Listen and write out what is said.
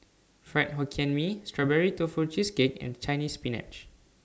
Fried Hokkien Mee Strawberry Tofu Cheesecake and Chinese Spinach